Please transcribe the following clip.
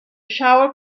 shower